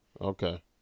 Okay